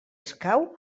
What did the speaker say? escau